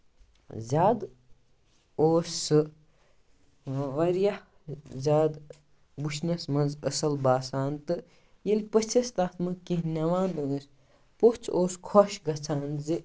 زیادٕ اوس سُہ واریاہ زیادٕ وُچھنَس منٛز اَصٕل باسان تہٕ ییٚلہِ پٔژھِس تَتھ منٛز نِوان ٲسۍ پوٚژھ اوس خۄش گژھان زِ